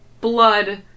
blood